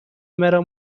مرا